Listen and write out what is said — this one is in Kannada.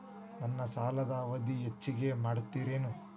ನನ್ನ ಸಾಲದ ಅವಧಿ ಹೆಚ್ಚಿಗೆ ಮಾಡ್ತಿರೇನು?